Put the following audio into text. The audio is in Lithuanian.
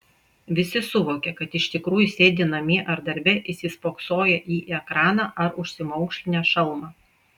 visi suvokia kad iš tikrųjų sėdi namie ar darbe įsispoksoję į ekraną ar užsimaukšlinę šalmą